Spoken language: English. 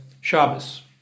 Shabbos